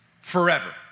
forever